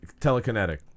telekinetic